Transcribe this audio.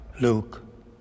Luke